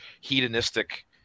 hedonistic